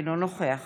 אינו נוכח